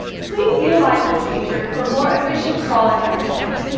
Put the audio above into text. please utilize this feature for more efficient crawling of your site.